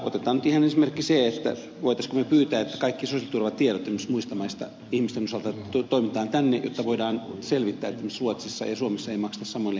otetaan nyt ihan esimerkiksi se voisimmeko pyytää että esimerkiksi kaikki ihmisten sosiaaliturvatiedot muista maista toimitetaan tänne jotta voidaan selvittää että esimerkiksi ruotsissa ja suomessa ei makseta samoille henkilöille sosiaaliturvaa